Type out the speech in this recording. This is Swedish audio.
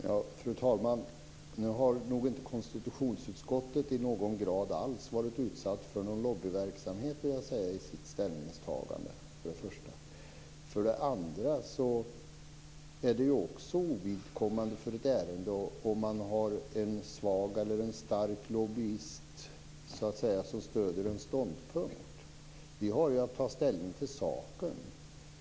Fru talman! För det första har nog inte konstitutionsutskottet i någon grad alls varit utsatt för lobbyverksamhet i sitt ställningstagande. För det andra är det ovidkommande för ett ärende om man har en svag eller en stark lobbyist som stöder ens ståndpunkt. Vi har att ta ställning till saken.